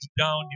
down